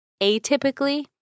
atypically